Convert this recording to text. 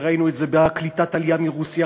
וראינו את זה בקליטת העלייה מרוסיה,